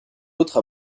autre